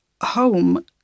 home